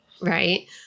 right